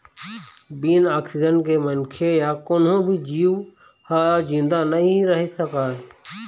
बिन ऑक्सीजन के मनखे य कोनो भी जींव ह जिंदा नइ रहि सकय